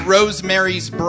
Rosemary's